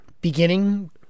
Beginning